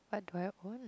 what do I own